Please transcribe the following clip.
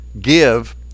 give